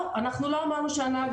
לא, אנחנו לא אמרנו שהנהג לא.